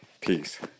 Peace